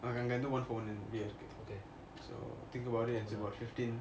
okay